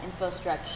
InfoStretch